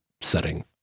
setting